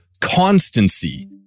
constancy